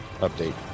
update